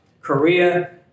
Korea